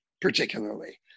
particularly